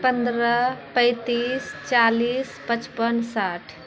पन्द्रह पैतीस चालीस पचपन साठि